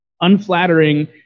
unflattering